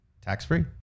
tax-free